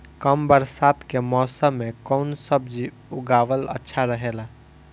कम बरसात के मौसम में कउन सब्जी उगावल अच्छा रहेला?